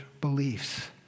beliefs